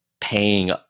paying